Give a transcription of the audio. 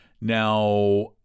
Now